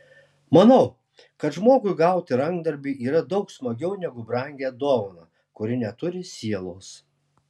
manau kad žmogui gauti rankdarbį yra daug smagiau negu brangią dovaną kuri neturi sielos